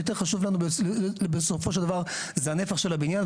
יותר חשוב לנו בסופו של דבר, זה הנפח של הבניין.